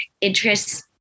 interests